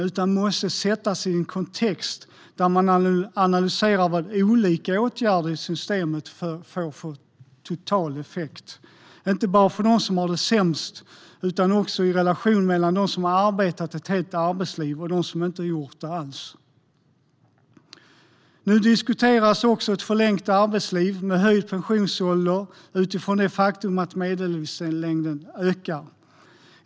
Detta måste sättas i en kontext där man analyserar vad olika åtgärder i systemet får för total effekt, inte bara för dem som har det sämst utan också i relation mellan dem som har arbetat ett helt arbetsliv och dem som inte har gjort det. Nu diskuteras också ett förlängt arbetsliv med höjd pensionsålder utifrån det faktum att medellivslängden ökar.